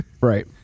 Right